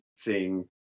seeing